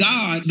God